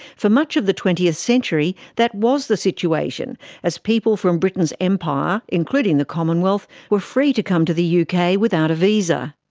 for much of the twentieth century, that was the situation as people from britain's empire, including the commonwealth, were free to come to the yeah uk without a visa.